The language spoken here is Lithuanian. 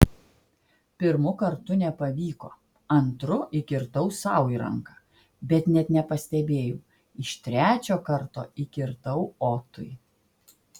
pirmu kartu nepavyko antru įkirtau sau į ranką bet net nepastebėjau iš trečio karto įkirtau otui